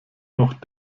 noch